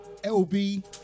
LB